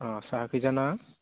अ साहा खैजा ना